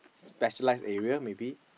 specialised area maybe